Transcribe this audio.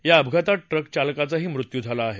या अपघातात ट्रक चालकाचाही मृत्यू झाला आहे